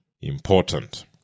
important